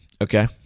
okay